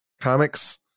comics